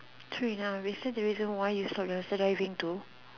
true enough is that the reason why you stop dumpster diving too